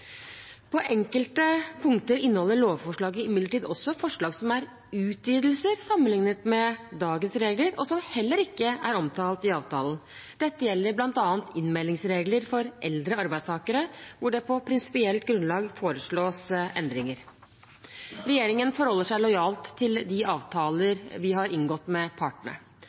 På enkelte punkter inneholder lovforslaget imidlertid også forslag som er utvidelser sammenlignet med dagens regler, og som heller ikke er omtalt i avtalen. Dette gjelder bl.a. innmeldingsregler for eldre arbeidstakere, hvor det på prinsipielt grunnlag foreslås endringer. Regjeringen forholder seg lojalt til de avtaler vi har inngått med partene.